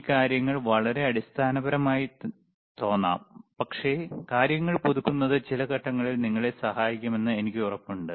ഈ കാര്യങ്ങൾ വളരെ അടിസ്ഥാനപരമായി തോന്നാം പക്ഷേ കാര്യങ്ങൾ പുതുക്കുന്നത് ചില ഘട്ടങ്ങളിൽ നിങ്ങളെ സഹായിക്കുമെന്ന് എനിക്ക് ഉറപ്പുണ്ട്